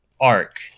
arc